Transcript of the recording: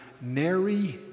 Nary